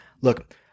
look